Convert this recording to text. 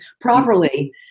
properly